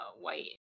white